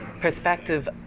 perspective